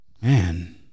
Man